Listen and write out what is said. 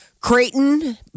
Creighton